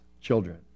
children